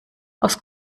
aus